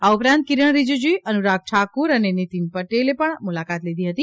આ ઉપરાંત કિરણ રીજીજી અનુરાગ ઠાકુર અને નીતીન પટેલે પણ મુલાકાત લીધી હતી